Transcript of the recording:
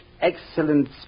excellent